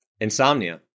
Insomnia